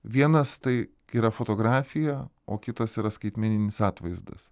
vienas tai kai yra fotografija o kitas yra skaitmeninis atvaizdas